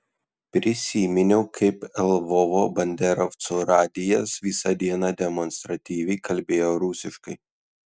prisiminiau kaip lvovo banderovcų radijas visą dieną demonstratyviai kalbėjo rusiškai